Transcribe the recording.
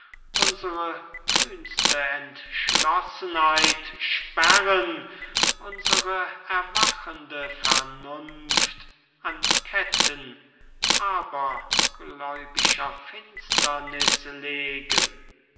unsere kühnste entschlossenheit sperren unsere erwachende vernunft an ketten abergläubischer finsterniß legen